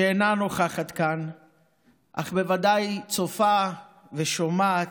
שאינה נוכחת כאן אך בוודאי צופה ושומעת: